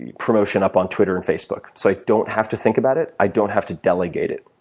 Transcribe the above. yeah promotion up on twitter and facebook. so i don't have to think about it. i don't have to delegate it,